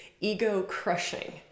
ego-crushing